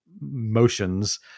motions